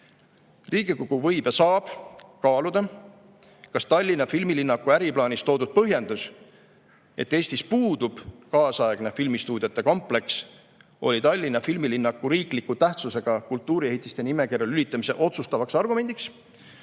Riigikogu võib ja saab kaaluda, kas Tallinna filmilinnaku äriplaanis toodud põhjendus, et Eestis puudub kaasaegne filmistuudiote kompleks, oli Tallinna filmilinnaku riikliku tähtsusega kultuuriehitiste nimekirja lülitamisel otsustavaks argumendiks